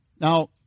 Now